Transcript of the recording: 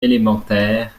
élémentaire